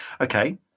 Okay